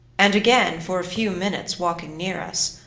and again, for a few minutes, walking near us,